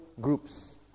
groups